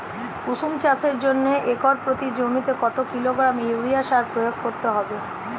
কুসুম চাষের জন্য একর প্রতি জমিতে কত কিলোগ্রাম ইউরিয়া সার প্রয়োগ করতে হবে?